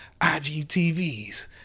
IGTVs